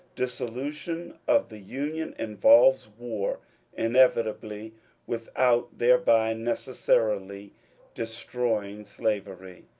disso lution of the union involves war inevitably without thereby necessarily destroying slavery.